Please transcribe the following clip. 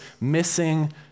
missing